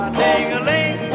ding-a-ling